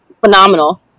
phenomenal